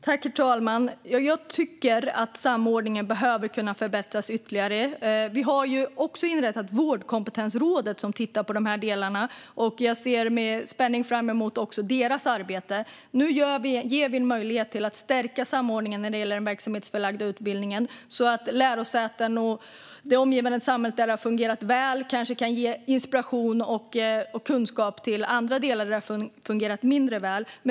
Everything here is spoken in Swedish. Herr talman! Jag tycker att samordningen behöver förbättras ytterligare. Vi har inrättat Vårdkompetensrådet som tittar på de delarna. Jag ser med spänning fram mot deras arbete. Nu ger vi en möjlighet att kunna stärka samordningen av den verksamhetsförlagda utbildningen. Lärosäten och det omgivande samhället där det har fungerat väl kanske kan ge inspiration och kunskap till andra delar där det har fungerat mindre väl.